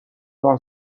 راه